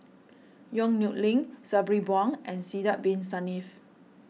Yong Nyuk Lin Sabri Buang and Sidek Bin Saniff